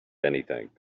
anything